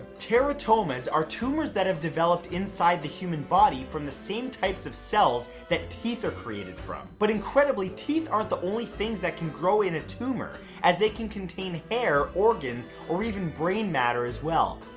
teratomas are tumors that have developed inside the human body from the same types of cells that teeth are created from. but incredibly, teeth aren't the only things that can grow in a tumor, as they can contain hair, organs or even brain matter as well.